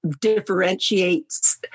differentiates